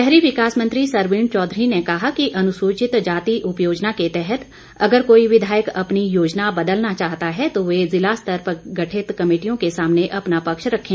शहरी विकास मंत्री सरवीण चौधरी ने कहा कि अनुसूचित जाति उप योजना के तहत अगर कोई विघायक अपनी योजना बदलना चाहता है तो वे जिला स्तर पर गठित कमेटियों के सामने अपना पक्ष रखें